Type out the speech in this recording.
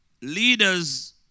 Leaders